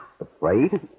Afraid